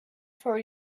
for